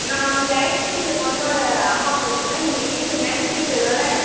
நான் ஜெயஸ்ரீங்கிற பொண்ணோடய அம்மா பேசுகிறேன் நீங்கள் டீச்சர் மேக்ஸ் டீச்சர் தானே